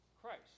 Christ